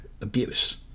abuse